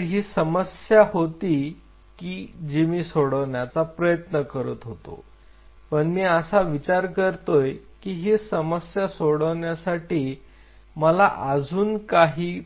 तर ही समस्या होती की जी मी सोडवण्याचा प्रयत्न करत होतो पण मी असा विचार करतोय की ही समस्या सोडवण्यासाठी मला अजून काही